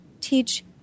teach